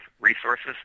resources